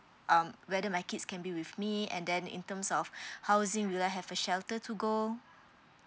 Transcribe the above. um whether my kids can be with me and then in terms of housing will I have a shelter to go